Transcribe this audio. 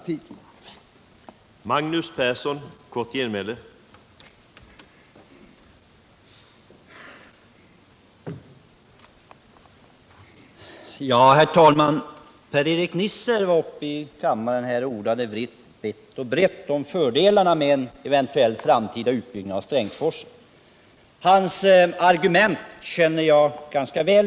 Torsdagen den